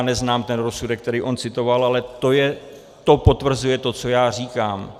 Neznám ten rozsudek, který on citoval, ale to potvrzuje to, co já říkám.